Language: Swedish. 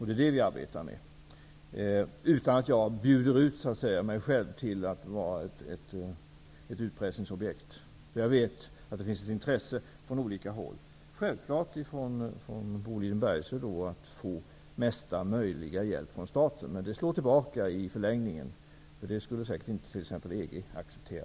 Det är det vi arbetar med, utan att jag bjuder ut mig själv att vara ett utpressningsobjekt. Jag vet att det finns ett intresse från olika håll, självklart från Boliden Bergsöe, av att få mesta möjliga hjälp från staten. Men det slår tillbaka i förlängningen. Det skulle säkert inte t.ex. EG acceptera.